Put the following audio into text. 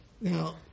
Now